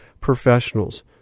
professionals